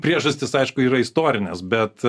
priežastys aišku yra istorinės bet